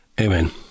Amen